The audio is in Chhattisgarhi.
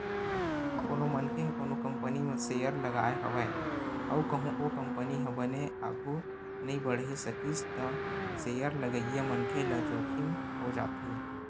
कोनो मनखे ह कोनो कंपनी म सेयर लगाय हवय अउ कहूँ ओ कंपनी ह बने आघु नइ बड़हे सकिस त सेयर लगइया मनखे ल जोखिम हो जाथे